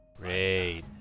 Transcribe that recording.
Great